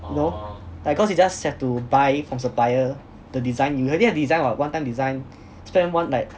you know like cause you just have to buy from supplier the design you already have the design what one time design spend one like